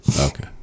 Okay